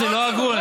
זה לא הגון.